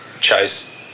chase